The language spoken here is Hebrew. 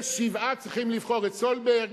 שבעה צריכים לבחור את סולברג.